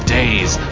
days